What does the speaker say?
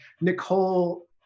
Nicole